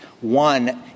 One